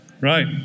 Right